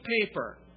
paper